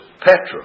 Petra